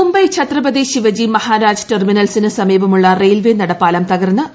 മുംബൈ ഛത്രപതി ശിവജി മഹാരാജ് ടെർമിനൽസിന് സമീപമുള്ള റെയിൽവേ നടപ്പാലം തകർന്ന് ആറു മരണം